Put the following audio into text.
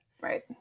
Right